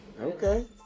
Okay